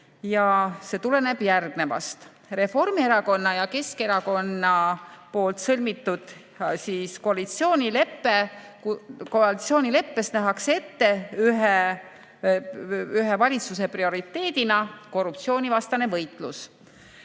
ja see tuleneb järgnevast. Reformierakonna ja Keskerakonna sõlmitud koalitsioonileppes nähakse ühe valitsuse prioriteedina korruptsioonivastast võitlust